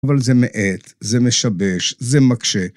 ‫אבל זה מאט, זה משבש, זה מקשה.